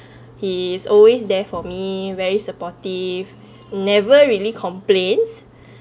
he is always there for me very supportive never really complains